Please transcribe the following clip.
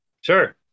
sure